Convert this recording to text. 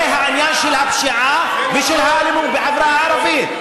שזה העניין של הפשיעה ושל האלימות בחברה הערבית.